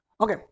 Okay